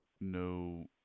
no